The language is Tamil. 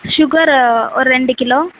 சுகரு ஒரு ரெண்டு கிலோ